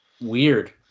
Weird